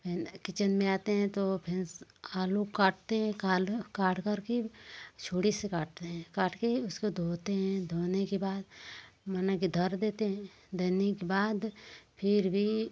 kitchen में आते हैं तो फिर आलू काटते हैं काट करके छुरी से काटते हैं काट के उसको धोते हैं धोने के बाद बना के धर देते हैं धरने के बाद फिर भी